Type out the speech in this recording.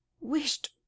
wished